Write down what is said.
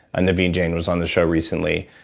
naveen jain was on the show recently.